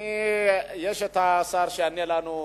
יש פה שר שיענה לנו.